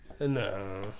No